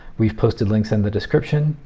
we've posted links in the description,